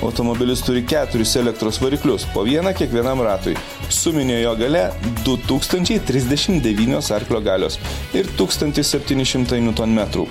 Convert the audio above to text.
automobilis turi keturis elektros variklius po vieną kiekvienam ratui suminė jo galia du tūkstančiai trisdešim devynios arklio galios ir tūkstantis septyni šimtai niutonmetrų